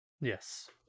Yes